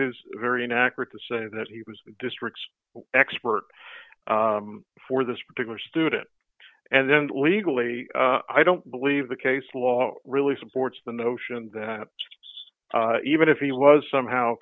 is very inaccurate to say that he was the district's expert for this particular student and then legally i don't believe the case law really supports the notion that even if he was somehow